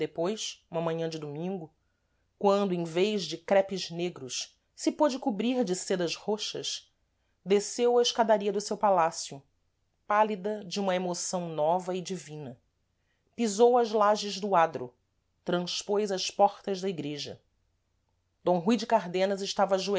depois uma manhã de domingo quando em vez de crepes negros se poude cobrir de sêdas roxas desceu a escadaria do seu palácio pálida de uma emoção nova e divina pisou as lages do adro transpôs as portas da igreja d rui de cardenas estava